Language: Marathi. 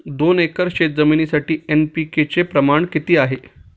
दोन एकर शेतजमिनीसाठी एन.पी.के चे प्रमाण किती आहे?